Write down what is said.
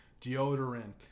deodorant